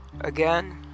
again